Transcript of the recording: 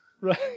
Right